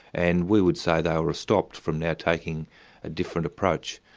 and we would say they were stopped from now taking a different approach.